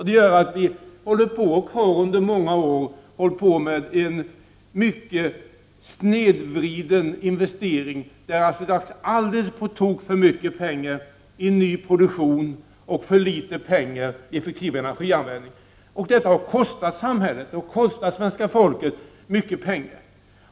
Därför har vi under många år ägnat oss åt mycket snedvridna investeringar, där det har satsats på tok för mycket pengar i ny produktion och för litet pengar i effektiv energianvändning. Detta har kostat samhället och svenska folket mycket pengar.